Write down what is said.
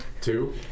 Two